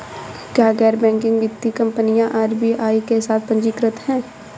क्या गैर बैंकिंग वित्तीय कंपनियां आर.बी.आई के साथ पंजीकृत हैं?